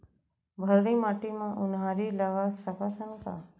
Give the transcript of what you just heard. भर्री माटी म उनहारी लगा सकथन का?